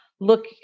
look